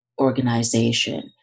organization